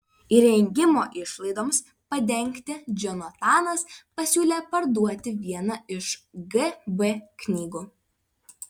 įrengimo išlaidoms padengti džonatanas pasiūlė parduoti vieną iš gb knygų